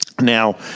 Now